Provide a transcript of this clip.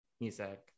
music